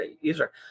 user